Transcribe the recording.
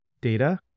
data